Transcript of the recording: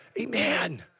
Amen